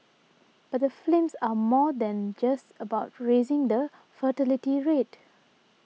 but the films are more than just about raising the fertility rate